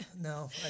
No